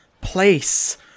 place